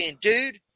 dude